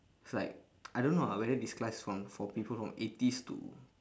it's like I don't know ah whether this class it's from for people from eighties to